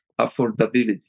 affordability